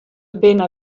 binne